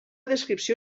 descripció